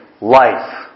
Life